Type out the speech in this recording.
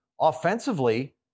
offensively